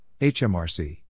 HMRC